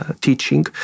teaching